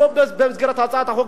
לא במסגרת הצעת החוק,